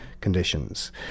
conditions